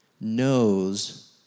knows